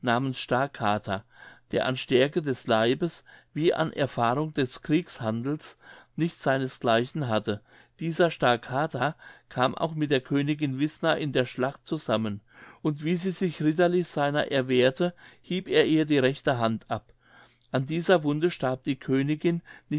namens star kater der an stärke des leibes wie an erfahrung des kriegshandels nicht seines gleichen hatte dieser star kater kam auch mit der königin wißna in der schlacht zusammen und wie sie sich ritterlich seiner erwehrte hieb er ihr die rechte hand ab an dieser wunde starb die königin